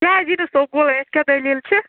کیٛاز یی نہٕ سکوٗل امس کیٛاہ دٔلیل چھِ